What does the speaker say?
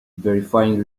verifying